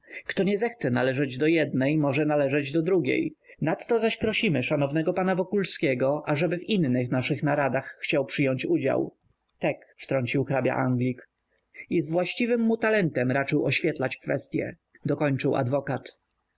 kto nie zechce należeć do jednej może należeć do drugiej nadto zaś prosimy szanownego pana wokulskiego ażeby w innych naszych naradach chciał przyjąć udział tek wtrącił hrabia-anglik i z właściwym mu talentem raczył oświetlać kwestye dokończył adwokat